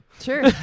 sure